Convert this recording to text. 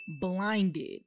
blinded